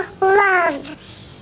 love